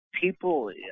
people